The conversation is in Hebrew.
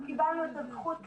קיבלנו את הזכות להתייחס,